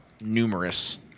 numerous